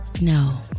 no